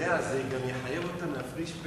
ההצעה להעביר את הצעת חוק